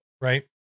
right